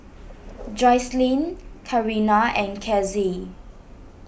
Jocelynn Karina and Casie